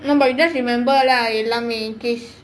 but you just remember lah in case